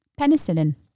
Penicillin